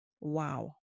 Wow